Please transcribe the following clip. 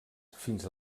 fins